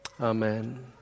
Amen